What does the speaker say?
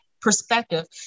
perspective